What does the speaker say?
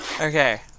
Okay